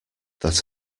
that